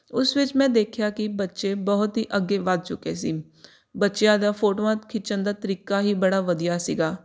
ਉਸ ਵਿੱਚ ਮੈਂ ਦੇਖਿਆ ਕਿ ਬੱਚੇ ਬਹੁਤ ਹੀ ਅੱਗੇ ਵੱਧ ਚੁੱਕੇ ਸੀ ਬੱਚਿਆਂ ਦਾ ਫੋਟੋਆਂ ਖਿੱਚਣ ਦਾ ਤਰੀਕਾ ਹੀ ਬੜਾ ਵਧੀਆ ਸੀਗਾ